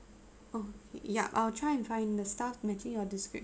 oh yeah I'll try and find the staff matching your description